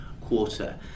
quarter